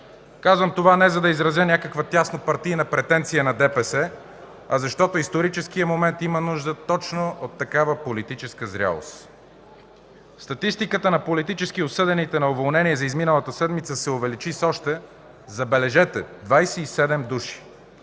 Казвам това не за да изразя някаква тяснопартийна претенция на ДПС, а защото историческият момент има нужда точно от такава политическа зрялост. Статистиката на политически осъдените на уволнение за изминалата седмица се увеличи с още, забележете, 27 души.